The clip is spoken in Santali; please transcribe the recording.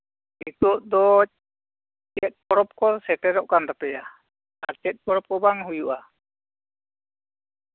ᱱᱤᱛᱚᱜ ᱫᱚ ᱪᱮᱫ ᱯᱚᱨᱚᱵᱽ ᱠᱚ ᱥᱮᱴᱮᱨᱚᱜ ᱠᱟᱱ ᱛᱟᱯᱮᱭᱟ ᱟᱨ ᱪᱮᱫ ᱯᱚᱨᱚᱵᱽ ᱠᱚ ᱵᱟᱝ ᱦᱩᱭᱩᱜᱼᱟ